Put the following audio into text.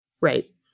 Right